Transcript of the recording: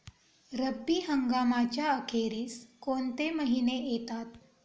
रब्बी हंगामाच्या अखेरीस कोणते महिने येतात?